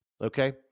Okay